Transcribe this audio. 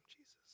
Jesus